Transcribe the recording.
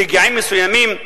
ברגעים מסוימים,